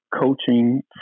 coaching